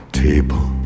table